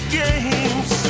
games